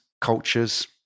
cultures